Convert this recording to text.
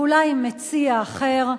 ואולי עם מציע אחר,